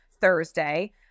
Thursday